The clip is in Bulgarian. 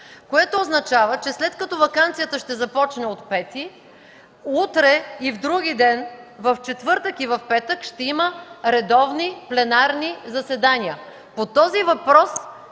Това означава, че след като ваканцията ще започне от 5-и, утре и вдругиден – четвъртък и петък, ще има редовни пленарни заседания.